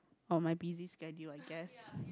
of my busy schedule I guess